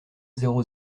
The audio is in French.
zéro